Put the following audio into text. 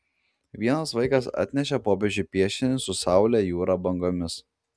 vienas vaikas atnešė popiežiui piešinį su saule jūra bangomis